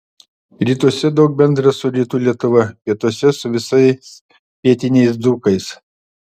rytuose daug bendra su rytų lietuva pietuose su visais pietiniais dzūkais